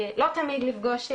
לא תמיד לפגוש,